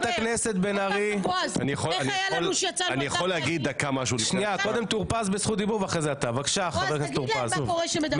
בועז, תגיד להם מה קורה כשמדברים.